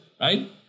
right